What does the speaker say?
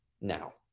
now